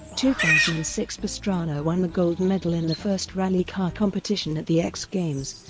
two thousand and six pastrana won the gold medal in the first rally car competition at the x games,